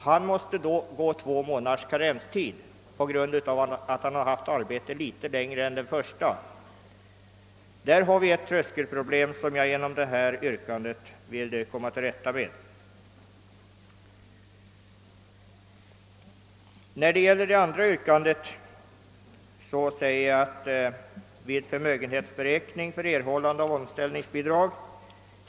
Han får två månaders karenstid på grund av att han har haft arbete under längre tid än arbetskamraten. Där har vi alltså ett sådant tröskelproblem som jag genom mitt yrkande velat komma till rätta med. Med mitt andra yrkande, »att vid förmögenhetsberäkning för erhållande av omställningsbidrag.